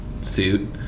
suit